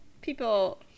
people